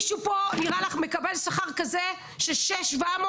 נראה לך שמישהו פה מקבל שכר כזה של 6,700,